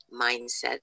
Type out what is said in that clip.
mindset